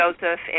Joseph